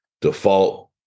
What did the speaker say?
default